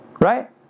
Right